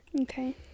Okay